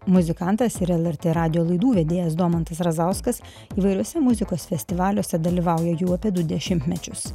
muzikantas ir lrt radijo laidų vedėjas domantas razauskas įvairiuose muzikos festivaliuose dalyvauja jau apie du dešimtmečius